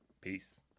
peace